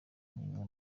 umwe